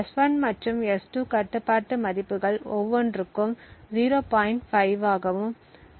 S1 மற்றும் S2 கட்டுப்பாட்டு மதிப்புகள் ஒவ்வொன்றும் 0